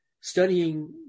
studying